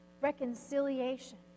reconciliation